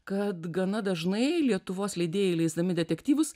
kad gana dažnai lietuvos leidėjai leisdami detektyvus